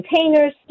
containers